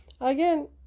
Again